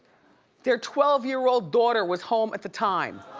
their twelve year old daughter was home at the time.